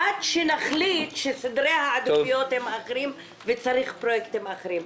עד שנחליט שסדרי העדיפויות הם אחרים וצריך פרויקטים אחרים.